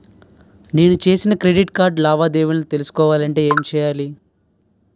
నేను చేసిన credit card లావాదేవీలను తెలుసుకోవాలంటే ఏం చేయాలి?